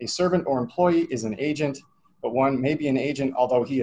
a servant or employee is an agent but one may be an agent although he is